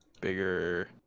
bigger